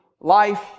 life